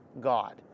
God